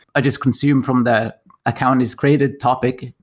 i just consume from the account is created topic,